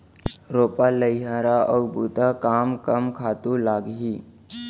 रोपा, लइहरा अऊ बुता कामा कम खातू लागही?